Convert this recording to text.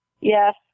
Yes